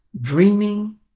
dreaming